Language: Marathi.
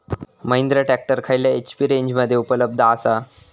महिंद्रा ट्रॅक्टर खयल्या एच.पी रेंजमध्ये उपलब्ध आसा?